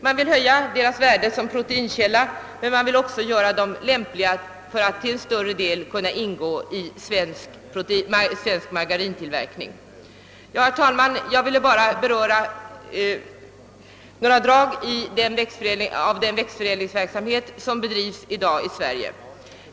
Man arbetar på att höja oljeväxternas värde som proteinkälla samtidigt som man vill göra dem lämpliga för att till större del ingå som råvara vid svensk margarintillverkning. Herr talman! Jag har velat beröra några drag i den växtförädlingsverksamhet som i dag bedrivs i Sverige.